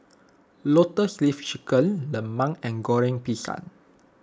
Lotus Leaf Chicken Lemang and Goreng Pisang